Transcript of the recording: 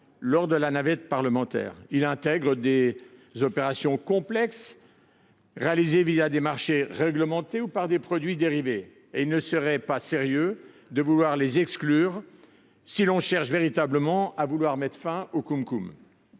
lors de la navette parlementaire. Nous y intégrons des opérations complexes réalisées des marchés réglementés ou par des produits dérivés ; il ne serait pas sérieux de les exclure si l’on cherche véritablement à mettre fin aux CumCum.